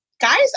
Guys